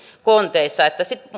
konteissa